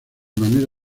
manera